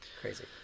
crazy